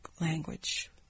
language